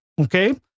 Okay